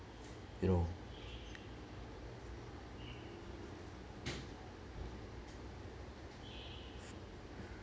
you know